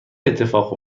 اتفاق